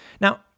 Now